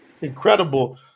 incredible